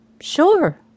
sure